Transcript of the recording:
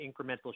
incremental